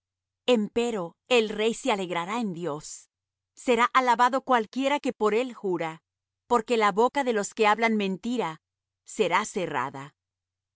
zorras empero el rey se alegrará en dios será alabado cualquiera que por él jura porque la boca de los que hablan mentira será cerrada